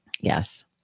Yes